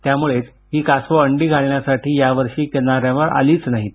त्यामुळेच ही कासवं अंडी घालण्यासाठी किनाऱ्यांवर आलीच नाहीत